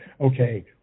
okay